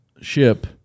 ship